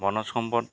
বনজ সম্পদ